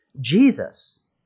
Jesus